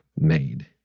made